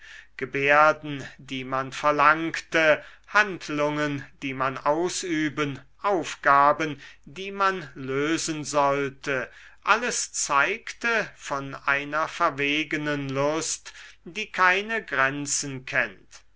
gebärden die man verlangte handlungen die man ausüben aufgaben die man lösen sollte alles zeigte von einer verwegenen lust die keine grenzen kennt